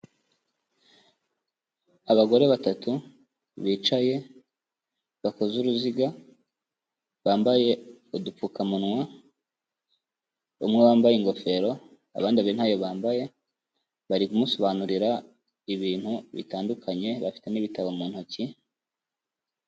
Abagore batatu bicaye bakoze uruziga, bambaye udupfukamunwa, umwe wambaye ingofero, abandi babiri ntayo bambaye, bari kumusobanurira ibintu bitandukanye, bafite n'ibitabo mu ntoki.